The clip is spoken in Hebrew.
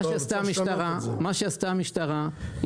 מה שעשתה המשטרה,